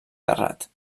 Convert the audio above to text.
terrat